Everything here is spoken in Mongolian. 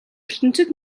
ертөнцөд